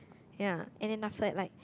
ya and then outside like